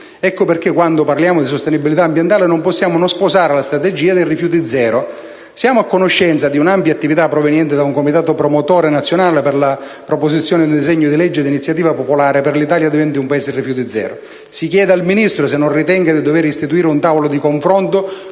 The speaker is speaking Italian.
Ecco perché quando parliamo di sostenibilità ambientale non possiamo non sposare la strategia dei rifiuti zero. Siamo a conoscenza di un'ampia attività proveniente da un comitato promotore nazionale per la proposizione di un disegno di legge d'iniziativa popolare perché l'Italia diventi un Paese a rifiuti zero. Si chiede al Ministro se non ritenga di dover istituire un tavolo di confronto